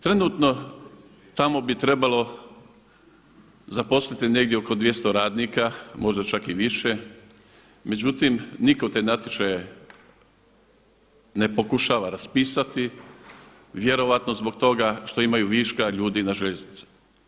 Trenutno tamo bi trebalo zaposliti negdje oko 200 radnika, možda čak i više, međutim nitko te natječaje ne pokušava raspisati, vjerojatno zbog toga što imaju viška ljudi na željeznici.